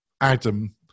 Adam